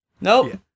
Nope